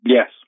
Yes